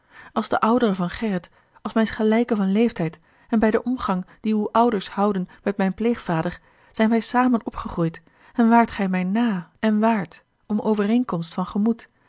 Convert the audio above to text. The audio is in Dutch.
als de oudere van gerrit als mijns gelijke van leeftijd en bij den omgang die uwe ouders houden met mijn pleegvader zijn wij samen opgegroeid en waart gij mij nà en waard om overeenkomstig van gemoed